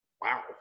Wow